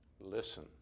Listen